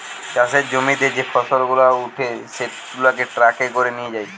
চাষের জমিতে যে ফসল গুলা উঠে সেগুলাকে ট্রাকে করে নিয়ে যায়